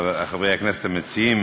חברי הכנסת המציעים,